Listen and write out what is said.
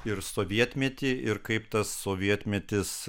ir sovietmetį ir kaip tas sovietmetis